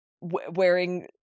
wearing